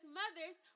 mothers